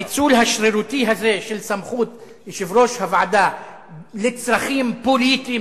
הניצול השרירותי הזה של סמכות יושב-ראש הוועדה לצרכים פוליטיים